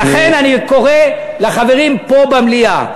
ולכן אני קורא לחברים פה במליאה,